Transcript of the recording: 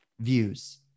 views